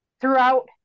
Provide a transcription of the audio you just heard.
throughout